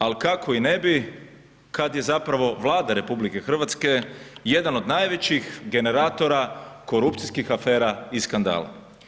Al kako i ne bi kad je zapravo Vlada RH jedan od najvećih generatora korupcijskih afera i skandala.